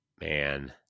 Man